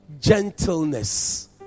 gentleness